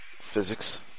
Physics